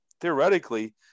theoretically